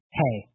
hey